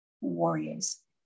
warriors